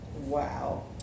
Wow